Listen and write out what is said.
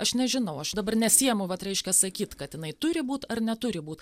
aš nežinau aš dabar nesiimu vat reiškia sakyt kad jinai turi būt ar neturi būt